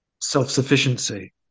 self-sufficiency